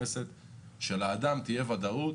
שלאדם תהיה הוודאות.